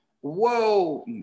whoa